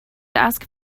ask